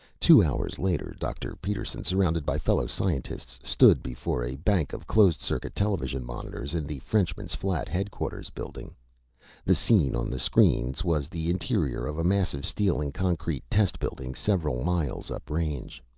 two hours later, dr. peterson, surrounded by fellow scientists, stood before a bank of closed circuit television monitors in the frenchman's flat headquarters building the scene on the screens was the interior of a massive steel-and-concrete test building several miles up range.